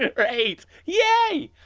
ah great. yay.